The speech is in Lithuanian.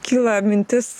kyla mintis